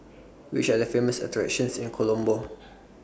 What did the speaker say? Which Are The Famous attractions in Colombo